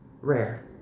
rare